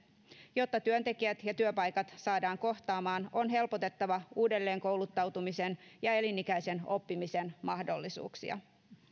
jotta työntekijät ja työpaikat saadaan kohtaamaan on helpotettava uudelleenkouluttautumisen ja elinikäisen oppimisen mahdollisuuksia